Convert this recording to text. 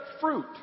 fruit